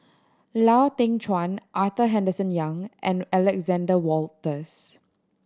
Lau Teng Chuan Arthur Henderson Young and Alexander Wolters